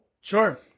Sure